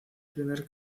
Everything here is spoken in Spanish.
primer